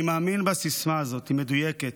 אני מאמין בסיסמה הזאת, היא מדויקת,